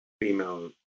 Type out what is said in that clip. female